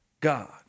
God